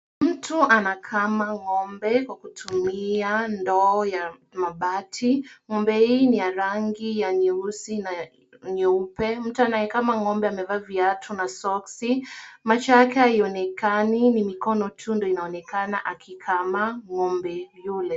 Mtu anakama ngombe kwa kutumia ndoo ya mabati. Ngombe huyu ni wa rangi ya nyeusi na nyeupe. Mtu anayekama ngombe amevaa viatu na soksi. Macho yake hayaonekani, ni mikono tu ndo inaonekana akikama ngombe yule.